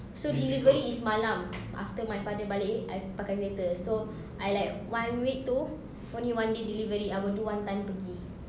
so delivery is malam after my father balik I pakai kereta so I like one week itu only one day delivery I will do one time pergi